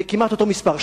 וכמעט אותו מספר.